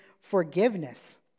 forgiveness